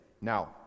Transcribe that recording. Now